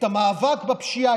את המאבק בפשיעה,